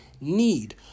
need